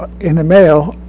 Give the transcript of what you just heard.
in the mail,